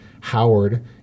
Howard